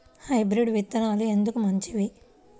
Hybrid విత్తనాలు ఎందుకు మంచివి?